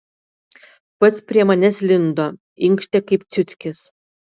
pats prie manęs lindo inkštė kaip ciuckis